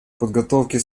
подготовки